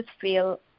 feel